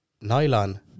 Nylon